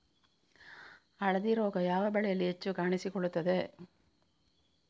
ಹಳದಿ ರೋಗ ಯಾವ ಬೆಳೆಯಲ್ಲಿ ಹೆಚ್ಚು ಕಾಣಿಸಿಕೊಳ್ಳುತ್ತದೆ?